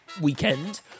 weekend